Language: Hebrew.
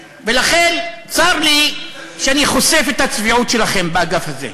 ולכן, צר לי שאני חושף את הצביעות שלכם באגף הזה.